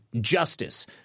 justice